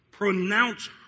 pronounce